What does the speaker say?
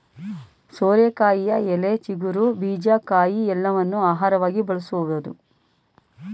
ಸೋರೆಕಾಯಿಯ ಎಲೆ, ಚಿಗುರು, ಬೀಜ, ಕಾಯಿ ಎಲ್ಲವನ್ನೂ ಆಹಾರವಾಗಿ ಬಳಸಬೋದು